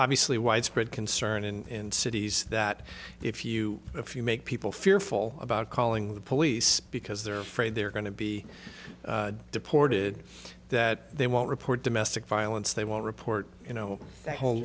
obviously widespread concern in cities that if you if you make people fearful about calling the police because they're afraid they're going to be deported that they won't report domestic violence they won't report you know that ho